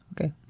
okay